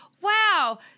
Wow